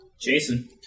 Jason